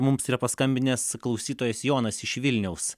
mums yra paskambinęs klausytojas jonas iš vilniaus